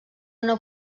una